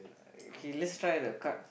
K let's try the card